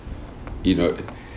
in or~